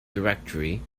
directory